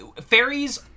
Fairies